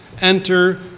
enter